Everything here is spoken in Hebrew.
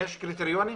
יש קריטריונים?